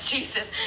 Jesus